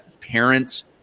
parents